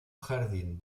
jardín